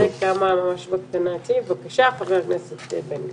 בבקשה ח"כ בן גביר.